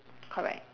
correct